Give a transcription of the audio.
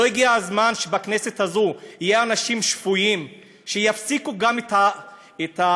לא הגיע הזמן שבכנסת הזאת יהיו אנשים שפויים שיפסיקו גם את הגזענות,